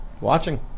watching